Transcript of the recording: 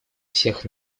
всех